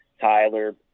Tyler